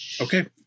Okay